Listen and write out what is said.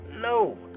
No